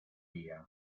día